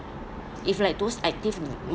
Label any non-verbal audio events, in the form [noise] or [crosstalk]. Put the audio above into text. if like those active [noise]